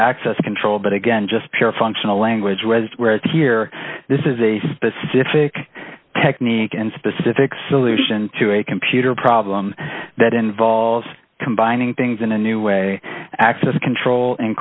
access control but again just pure functional language rez whereas here this is a specific technique and specific solution to a computer problem that involves combining things in a new way access control